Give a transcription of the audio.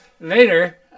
later